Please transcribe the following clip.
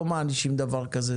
לא מענישים דבר כזה.